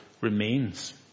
remains